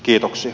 kiitoksia